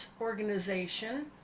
Organization